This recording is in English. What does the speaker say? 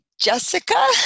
Jessica